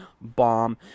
bomb